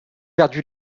perdu